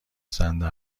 صندل